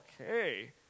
okay